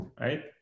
right